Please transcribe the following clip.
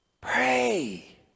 Pray